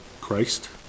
Christ